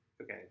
Okay